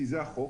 כי זה החוק,